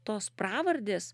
tos pravardės